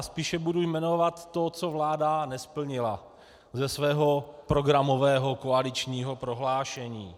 Spíše budu jmenovat to, co vláda nesplnila ze svého programového koaličního prohlášení.